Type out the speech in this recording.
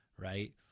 Right